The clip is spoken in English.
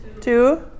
two